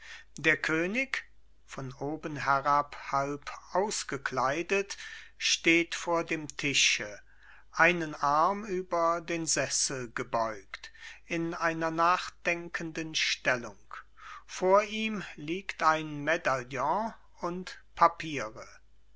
der könig von oben herab halb ausgekleidet steht vor dem tische einen arm über den sessel gebeugt in einer nachdenkenden stellung vor ihm liegt ein medaillon und papiere